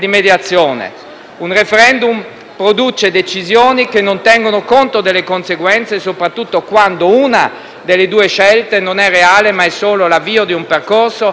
produce decisioni che non tengono conto delle conseguenze, soprattutto quando una delle due scelte non è reale, ma è solo l'avvio di un percorso inesplorato e pieno di incognite.